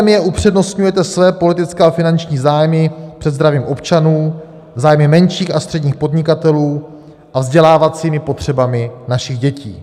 V době pandemie upřednostňujete své politické a finanční zájmy před zdravím občanů, zájmy menších a středních podnikatelů a vzdělávacími potřebami našich dětí.